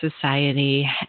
society